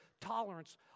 tolerance